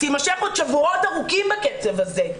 תימשך עוד שבועות ארוכים בקצב הזה,